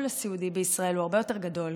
הסיעודי בישראל הוא הרבה יותר גדול,